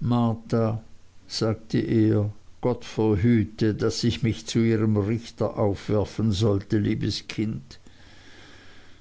marta sagte er gott verhüte daß ich mich zu ihrem richter aufwerfen sollte liebes kind